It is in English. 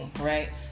right